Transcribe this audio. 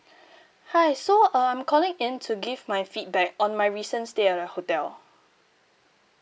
hi so I'm calling in to give my feedback on my recent stay at your hotel